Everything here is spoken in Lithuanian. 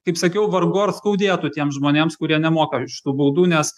kaip sakiau vargu ar skaudėtų tiems žmonėms kurie nemoka šitų baudų nes